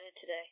today